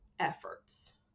efforts